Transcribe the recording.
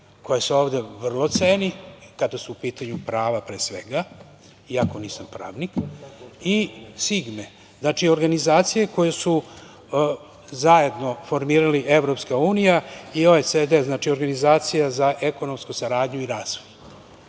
koja se ovde vrlo ceni i kada su u pitanju prava, pre svega, i ako nisam pravnik i SIGMA. Znači, organizacije koje su zajedno formirali EU i Organizaciju za ekonomsku saradnju i razvoj